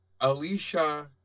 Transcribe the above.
Alicia